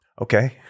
Okay